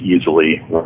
easily